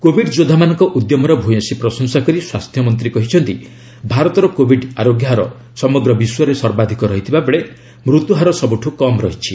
Covid ଯୋଦ୍ଧାମାନଙ୍କ ଉଦ୍ୟମର ଭୂୟସୀ ପ୍ରଶଂସା କରି ସ୍ୱାସ୍ଥ୍ୟ ମନ୍ତ୍ରୀ କହିଛନ୍ତି ଭାରତର କୋବିଡ୍ ଆରୋଗ୍ୟ ହାର ସମଗ୍ର ବିଶ୍ୱରେ ସର୍ବାଧିକ ରହିଥିବା ବେଳେ ମୃତ୍ୟୁ ହାର ସବୁଠୁ କମ୍ ରହିଛି